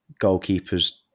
goalkeepers